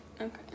Okay